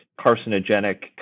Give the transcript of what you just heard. carcinogenic